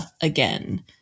again